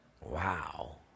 Wow